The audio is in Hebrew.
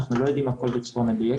אנחנו לא יודעים הכל בצורה מדויקת.